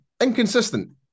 Inconsistent